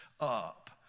up